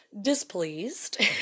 displeased